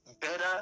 better